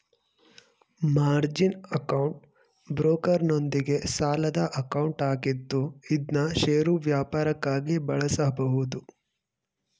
margin account ಬ್ರೋಕರ್ನೊಂದಿಗೆ ಸಾಲದ account ಆಗಿದ್ದು ಇದ್ನಾ ಷೇರು ವ್ಯಾಪಾರಕ್ಕಾಗಿ ಬಳಸಬಹುದು